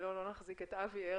ולא נחזיק את אבי ער.